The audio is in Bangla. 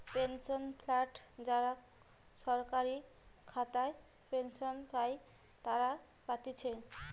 পেনশন ফান্ড যারা সরকারি খাতায় পেনশন পাই তারা পাতিছে